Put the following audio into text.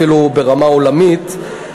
אפילו ברמה עולמית,